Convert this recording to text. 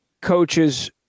coaches